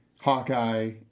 Hawkeye